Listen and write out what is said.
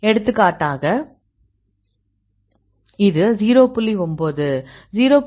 எடுத்துக்காட்டாக இது 0